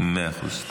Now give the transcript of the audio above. מאה אחוז.